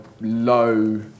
low